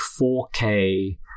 4K